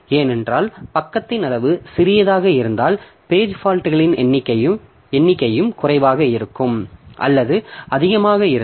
ஏனென்றால் பக்கத்தின் அளவு சிறியதாக இருந்தால் பேஜ் ஃபால்ட்களின் எண்ணிக்கையும் குறைவாக இருக்கும் அல்லது அதிகமாக இருக்கும்